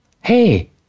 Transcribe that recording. Hey